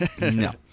No